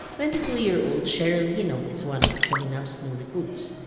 twenty two year old cheryl hinong is one of solinap's new recruits.